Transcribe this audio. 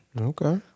Okay